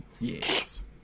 yes